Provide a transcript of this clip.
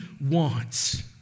wants